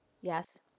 Yes